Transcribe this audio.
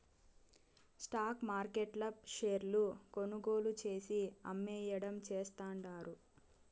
stock మార్కెట్ల షేర్లు కొనుగోలు చేసి, అమ్మేయడం చేస్తండారు